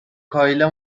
کایلا